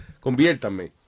conviértame